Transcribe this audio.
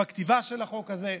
על הכתיבה של החוק הזה,